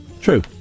True